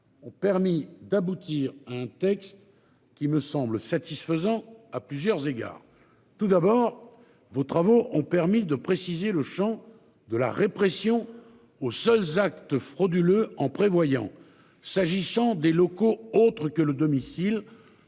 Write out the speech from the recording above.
Ont permis d'aboutir à un texte qui me semble satisfaisant à plusieurs égards. Tout d'abord vos travaux ont permis de préciser le Champ de la répression aux seuls actes frauduleux en prévoyant s'agissant des locaux, autre que le domicile